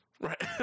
Right